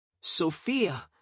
Sophia